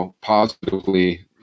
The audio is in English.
positively